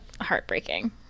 heartbreaking